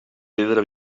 pedra